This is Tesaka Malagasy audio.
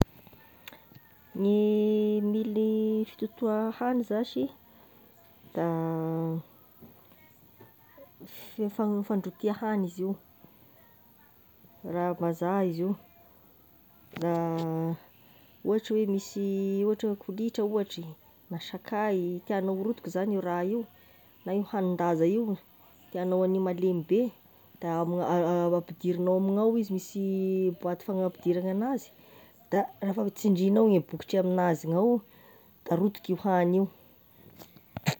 Gny mily fitotoa hany zashy, da fi- fe- fandroitia hany izy io, rahaam-bazaha izy io, raha ohatry oe misy ohatry hoe kolitra ohatry, na sakay, tianao ho rotiky zagny io raha io, na io hanin-daza io tiànao hany malemy be, da amgn'- da ampidirignao amignao izy, misy boite fagnapidiragny anazy, da rehefa tsindrinao gne bokotry amignazy gnao, da rotiky io hany io.